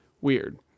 weird